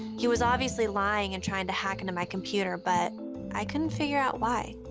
he was obviously lying and trying to hack into my computer, but i couldn't figure out why.